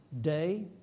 day